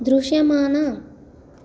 దృశ్యమాన